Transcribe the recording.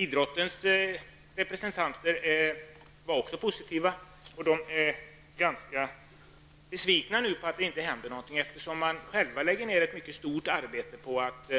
Idrottens representanter är också positiva. De är nu besvikna för att det inte händer något. De lägger själva ner ett stort arbete för att